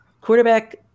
quarterback